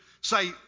say